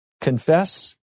confess